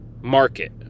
market